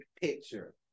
picture